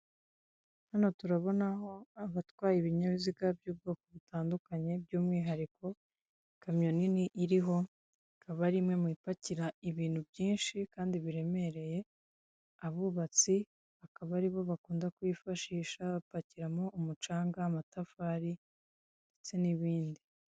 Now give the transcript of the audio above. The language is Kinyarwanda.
Hano turabonaho abatwaye ibinyabiziga by'ubwoko butandukanye by'umwihariko ikamyo nini iriho, ikaba ari imwe mu ipakira ibintu byinshi kandi biremereye, abubatsi akaba aribo bakunda kuyifashisha bapakiramo umucanga, amatafari ndetse n'ibindi.